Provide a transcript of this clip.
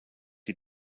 die